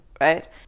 right